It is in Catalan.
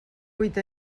buit